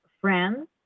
friends